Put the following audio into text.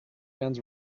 guns